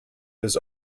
his